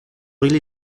régler